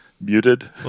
Muted